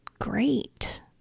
great